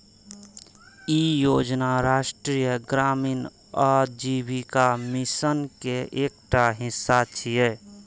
ई योजना राष्ट्रीय ग्रामीण आजीविका मिशन के एकटा हिस्सा छियै